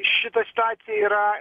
šitoj situacijoj yra